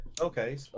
okay